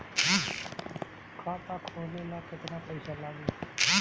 खाता खोले ला केतना पइसा लागी?